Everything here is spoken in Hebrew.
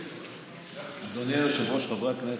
אדוני היושב-ראש, חברי הכנסת,